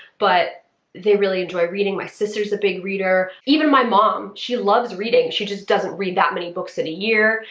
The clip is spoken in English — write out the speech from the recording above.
but they really enjoy reading. my sister's a big reader, even my mom. she loves reading, she just doesn't read that many books in a year.